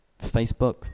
Facebook